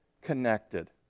connected